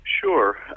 Sure